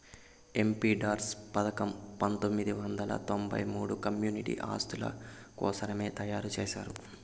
MPLADS పథకం పంతొమ్మిది వందల తొంబై మూడుల కమ్యూనిటీ ఆస్తుల కోసరమే తయారు చేశారు